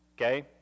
okay